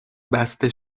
بسته